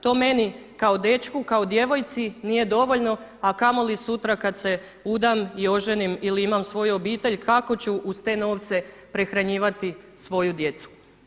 To meni kao dečku, kao djevojci nije dovoljno, a kamoli sutra kad se udam i oženim ili imam svoju obitelj kako ću uz te novce prehranjivati svoju djecu.